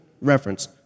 reference